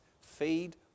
feed